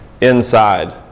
inside